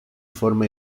forma